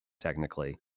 technically